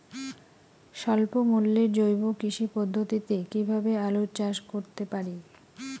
স্বল্প মূল্যে জৈব কৃষি পদ্ধতিতে কীভাবে আলুর চাষ করতে পারি?